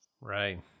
Right